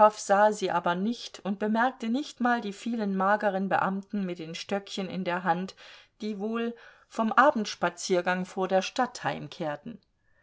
sah sie aber nicht und bemerkte nicht mal die vielen mageren beamten mit den stöckchen in der hand die wohl vom abendspaziergange vor der stadt heimkehrten